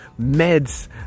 meds